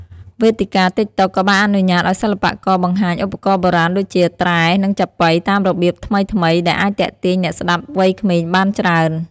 វេទិកា តិកតុក ក៏បានអនុញ្ញាតឲ្យសិល្បករបង្ហាញឧបករណ៍បុរាណដូចជា ត្រែ និងចាប៉ី តាមរបៀបថ្មីៗ ដែលអាចទាក់ទាញអ្នកស្តាប់វ័យក្មេងបានច្រើន។